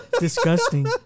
disgusting